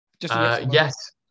yes